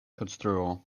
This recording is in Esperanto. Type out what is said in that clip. konstruo